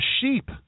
sheep